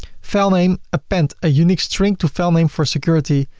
file name append a unique string to filename for security.